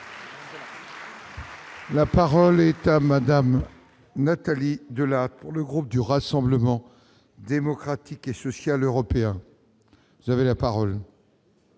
La parole est à Mme Nathalie Delattre, pour le groupe du Rassemblement démocratique et social européen. Madame la